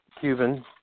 Cuban